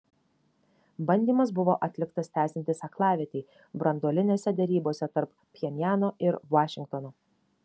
bandymas buvo atliktas tęsiantis aklavietei branduolinėse derybose tarp pchenjano ir vašingtono